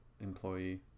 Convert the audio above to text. employee